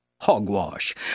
Hogwash